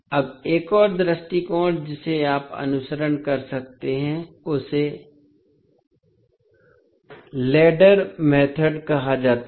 अब एक और दृष्टिकोण जिसे आप अनुसरण कर सकते हैं उसे लैडर मेथोड कहा जाता है